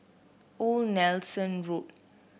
Old Nelson Road